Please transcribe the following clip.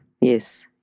yes